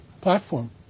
platform